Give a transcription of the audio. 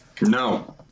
No